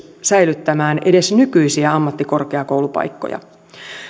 säilyttämään edes nykyisiä ammattikorkeakoulupaikkoja